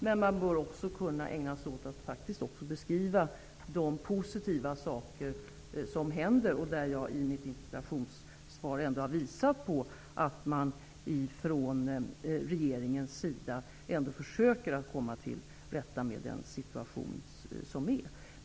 Men man bör faktiskt också kunna beskriva de positiva saker som händer. I mitt interpellationssvar har jag visat att regeringen trots allt försöker komma till rätta med den rådande situationen.